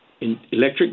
electric